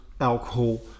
alcohol